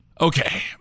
Okay